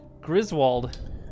Griswold